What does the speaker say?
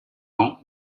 ans